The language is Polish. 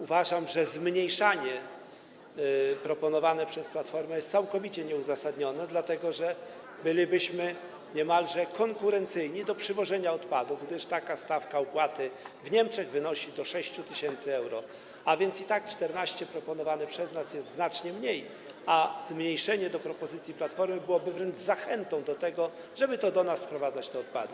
Uważam, że zmniejszanie proponowane przez Platformę jest całkowicie nieuzasadnione, dlatego że bylibyśmy niemalże konkurencyjni do przywożenia odpadów, gdyż stawka takiej opłaty w Niemczech wynosi do 6 tys. euro, a więc i tak 14 tys. zł proponowane przez nas to znacznie mniej, a zmniejszenie tego do kwoty z propozycji Platformy byłoby wręcz zachętą, żeby to do nas sprowadzać te odpady.